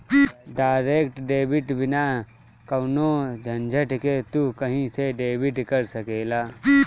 direct debit बिना कवनो झंझट के तू कही से डेबिट कर सकेला